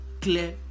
clear